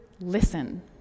listen